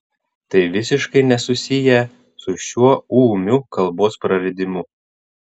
tai visiškai nesusiję su šiuo ūmiu kalbos praradimu